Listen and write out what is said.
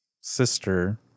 sister